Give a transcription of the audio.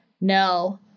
No